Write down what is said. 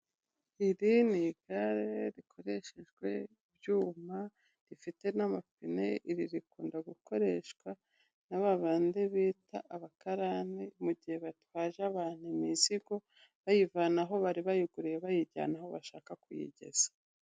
Iri ni igare rikoreshejwe ibyuma rifite n'amapine iri rikunda gukoreshwa na babandi bita abakarani mugihe batwaje abantu imizigo bayivana aho bari bayiguriye bayijyana aho bashaka kuyigeza.